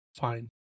Fine